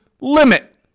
limit